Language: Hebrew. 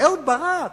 שאהוד ברק,